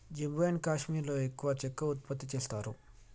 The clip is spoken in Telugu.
జమ్మూ కాశ్మీర్లో ఎక్కువ చెక్క ఉత్పత్తి చేస్తారు